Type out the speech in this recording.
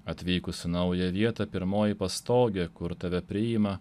atvykus į naują vietą pirmoji pastogė kur tave priima